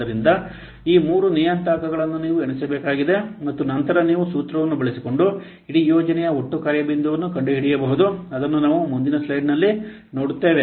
ಆದ್ದರಿಂದ ಈ ಮೂರು ನಿಯತಾಂಕಗಳನ್ನು ನೀವು ಎಣಿಸಬೇಕಾಗಿದೆ ಮತ್ತು ನಂತರ ನೀವು ಸೂತ್ರವನ್ನು ಬಳಸಿಕೊಂಡು ಇಡೀ ಯೋಜನೆಗೆ ಒಟ್ಟು ಕಾರ್ಯ ಬಿಂದುವನ್ನು ಕಂಡುಹಿಡಿಯಬಹುದು ಅದನ್ನು ನಾವು ಮುಂದಿನ ಸ್ಲೈಡ್ನಲ್ಲಿ ನೋಡುತ್ತೇವೆ